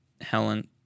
Helen